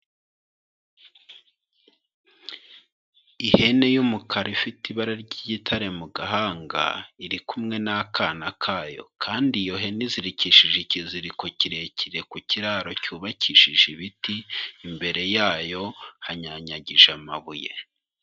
Ihene y'umukara ifite ibara ry'igitare mu gahanga, iri kumwe n'akana kayo kandi iyo hene izirikishije ikiziriko kirekire ku kiraro cyubakishije ibiti, imbere yayo hanyanyagije amabuye.